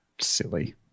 silly